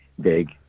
big